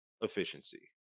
efficiency